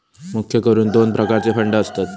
मुख्य करून दोन प्रकारचे फंड असतत